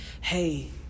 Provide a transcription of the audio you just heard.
hey